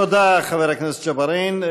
תודה, חבר הכנסת ג'בארין.